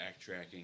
backtracking